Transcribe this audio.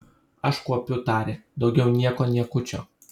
aš kuopiu tarė daugiau nieko niekučio